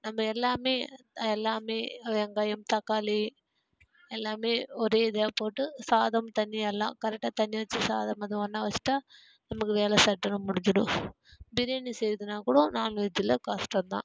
நம்ம எல்லாமே எல்லாமே வெங்காயம் தக்காளி எல்லாமே ஒரே இதுவாக போட்டு சாதம் தண்ணி எல்லாம் கரெக்டாக தண்ணி வச்சி சாதம் வச்சிட்டா நமக்கு வேலை சட்டுனு முடிஞ்சுடும் பிரியாணி செய்யறதுனால் கூட நான்வெஜ்ஜில் கஷ்டம் தான்